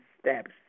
steps